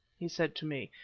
he said to me,